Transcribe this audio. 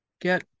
get